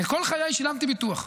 זאת אומרת, כל חיי שילמתי ביטוח,